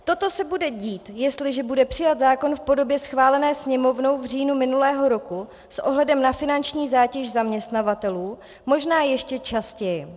Toto se bude dít, jestliže bude přijat zákon v podobě schválené Sněmovnou v říjnu minulého roku, s ohledem a finanční zátěž zaměstnavatelů možná ještě častěji.